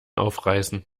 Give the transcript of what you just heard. aufreißen